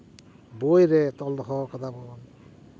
ᱵᱳᱭᱨᱮ ᱛᱚᱞ ᱫᱚᱦᱚ ᱠᱟᱫᱟ ᱵᱚᱱ